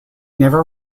never